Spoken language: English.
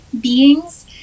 beings